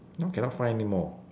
now cannot find anymore